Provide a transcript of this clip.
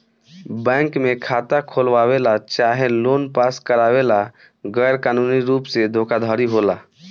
bank में खाता खोलवावे ला चाहे लोन पास करावे ला गैर कानूनी रुप से धोखाधड़ी होला